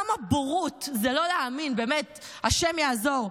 כמה בורות זה לא להאמין, באמת השם יעזור.